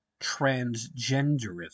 transgenderism